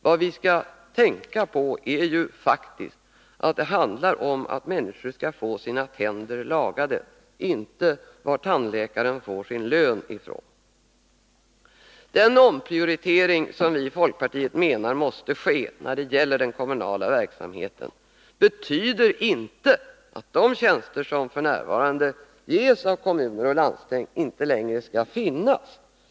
Vad vi skall tänka på är faktiskt att det handlar om att människor skall få sina tänder lagade, inte varifrån tandläkaren får sin lön. Den omprioritering som vi i folkpartiet menar måste ske när det gäller den kommunala verksamheten betyder inte att de tjänster som f.n. ges av kommuner och landsting inte längre skall finnas.